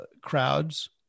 crowds